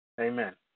Amen